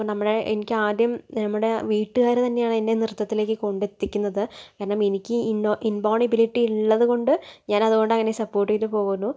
അപ്പോൾ നമ്മുടെ എനിക്കാദ്യം നമ്മുടെ വീട്ടുകാര് തന്നെയാണ് എന്നെ നൃത്തത്തിലേക്ക് കൊണ്ടെത്തിക്കുന്നത് കാരണം എനിക്ക് ഇനോ ഇൻബോൺ എബിലിറ്റി ഇള്ളതുകൊണ്ട് ഞാനതുകൊണ്ടങ്ങനെ സപ്പോട്ട് ചെയ്തു പോകുന്നു